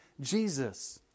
Jesus